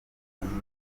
kurusha